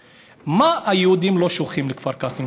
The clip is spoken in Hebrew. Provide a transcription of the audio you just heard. אבל אני רוצה לשאול: מה היהודים לא שוכחים לכפר קאסם?